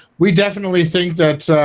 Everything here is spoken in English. we definitely think that